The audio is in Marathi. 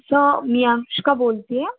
स मी अनुष्का बोलते आहे